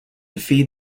feed